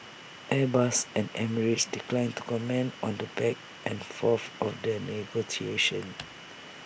airbus and emirates declined to comment on the back and forth of the negotiations